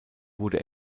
wurde